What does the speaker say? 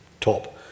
top